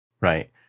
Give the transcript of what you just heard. Right